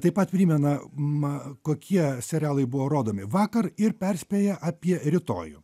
taip pat primena ma kokie serialai buvo rodomi vakar ir perspėja apie rytojų